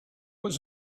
was